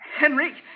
Henry